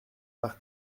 par